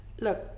look